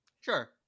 Sure